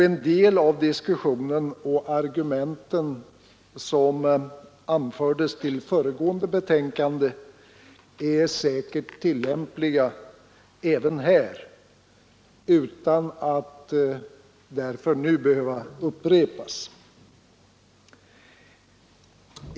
En del av den diskussionen som fördes och de argument som anfördes vid behandlingen av föregående betänkande är säkert tillämpliga även på dessa frågor utan att därför nu behöva upprepas.